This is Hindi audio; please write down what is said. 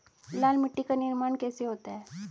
लाल मिट्टी का निर्माण कैसे होता है?